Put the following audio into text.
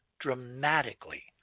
dramatically